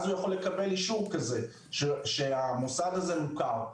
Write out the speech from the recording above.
אז הוא יכול לקבל אישור שהמוסד הזה מוכר.